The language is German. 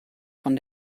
von